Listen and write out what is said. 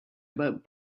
about